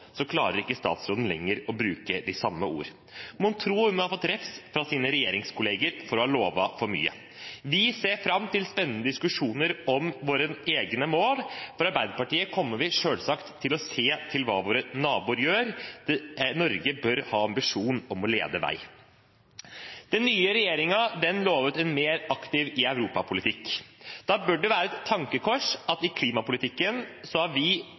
ikke klarer å bruke de samme ordene. Mon tro om hun har fått refs fra sine regjeringskolleger for å ha lovet for mye? Vi ser fram til spennende diskusjoner om våre egne mål. Arbeiderpartiet kommer selvsagt til å se til hva våre naboer gjør. Norge bør ha ambisjon om å lede vei. Den nye regjeringen lovet en mer aktiv europapolitikk. Da bør det være et tankekors at vi i klimapolitikken har stilt oss i allianse med de minst progressive landene, de landene som har